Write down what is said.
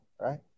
right